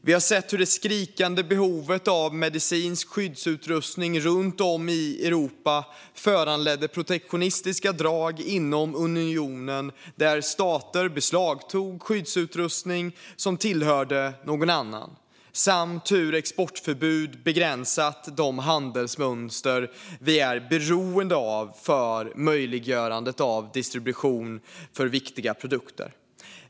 Vi har sett hur det skriande behovet av medicinsk skyddsutrustning runt om i Europa föranledde protektionistiska drag inom unionen, där stater beslagtog skyddsutrustning som tillhörde någon annan, samt hur exportförbud begränsat de handelsmönster vi är beroende av för möjliggörandet av distribution av viktiga produkter.